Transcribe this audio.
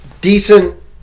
decent